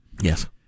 Yes